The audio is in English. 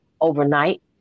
overnight